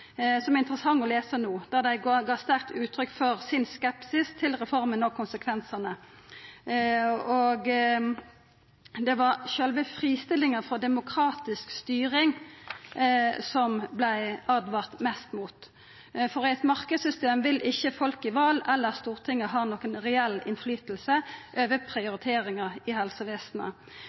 som er interessant å lesa no. Der gav dei sterkt uttrykk for sin skepsis til reforma og konsekvensane. Det var sjølve fristillinga frå demokratisk styring som ein åtvara mest mot, for i eit marknadssystem vil ikkje folk i val eller Stortinget ha nokon reell innflytelse over prioriteringar i helsevesenet.